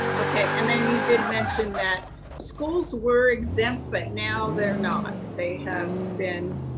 okay. and then you did mention that schools were exempt, but now they're not, they have been.